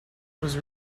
was